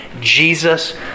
Jesus